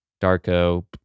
Darko